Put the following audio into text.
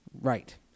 Right